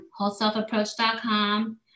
wholeselfapproach.com